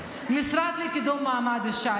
המשרד לקידום מעמד האישה.